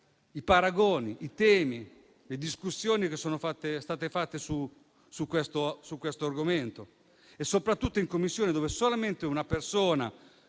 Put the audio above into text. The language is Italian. i paragoni, i temi e le discussioni che sono stati fatti su questo argomento, soprattutto in Commissione, dove solamente una persona